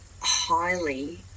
highly